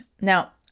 Now